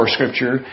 Scripture